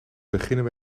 beginnen